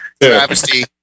travesty